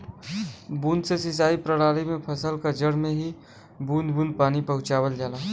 बूंद से सिंचाई प्रणाली में फसल क जड़ में ही बूंद बूंद पानी पहुंचावल जाला